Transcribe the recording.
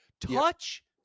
touch